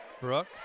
Brooke